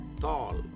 tall